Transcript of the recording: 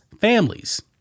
families